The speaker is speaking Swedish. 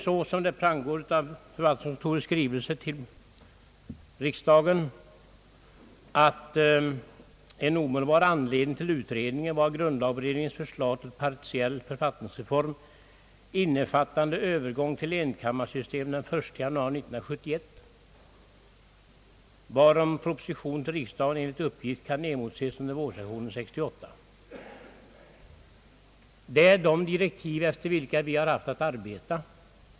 Såsom framgår av förvaltningskontorets skrivelse till riksdagen var en omedelbar anledning till utredningen grundlagberedningens förslag till partiell författningsreform innefattande övergång till enkammarsystem den 1 januari 1971, varom proposition till riksdagen enligt uppgift kan emotses under vårsessionen 1968. Efter dessa direktiv har vi haft att arbeta.